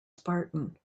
spartan